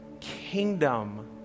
kingdom